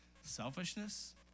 selfishness